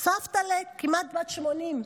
סבתאל'ה כמעט בת 80,